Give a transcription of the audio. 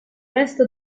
resto